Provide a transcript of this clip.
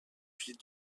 vie